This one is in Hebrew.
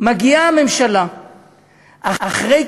מגיעה הממשלה אחרי כישלון,